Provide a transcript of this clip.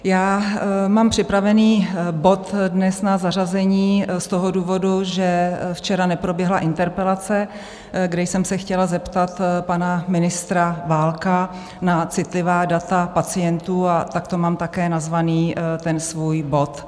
Já mám připraven bod dnes na zařazení z toho důvodu, že včera neproběhla interpelace, kdy jsem se chtěla zeptat pana ministra Válka na citlivá data pacientů, a takto mám také nazván ten svůj bod.